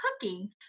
cooking